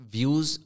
Views